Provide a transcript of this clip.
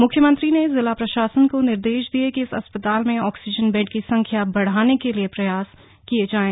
मुख्यमंत्री ने जिला प्रशासन को निर्देश दिए कि इस अस्पताल में ऑक्सीजन बैड की संख्या बढ़ाने के लिए प्रयास किए जाएं